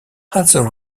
also